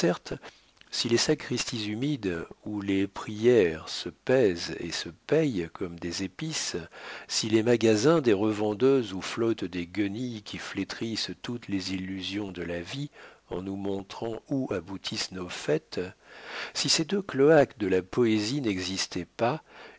si les sacristies humides où les prières se pèsent et se payent comme des épices si les magasins des revendeuses où flottent des guenilles qui flétrissent toutes les illusions de la vie en nous montrant où aboutissent nos fêtes si ces deux cloaques de la poésie n'existaient pas